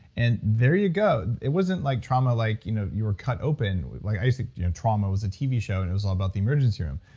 and there you go. it wasn't like trauma like you know you were cut open. like so you know trauma was a tv show and it was all about the emergency room.